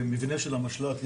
המבנה של המשל"ט,